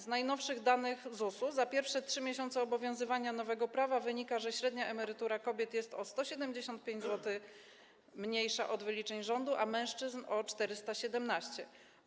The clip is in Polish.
Z najnowszych danych ZUS-u za pierwsze 3 miesiące obowiązywania nowego prawa wynika, że średnia emerytura kobiet jest o 175 zł mniejsza, niż wynika z wyliczeń rządu, a mężczyzn - o 417 zł.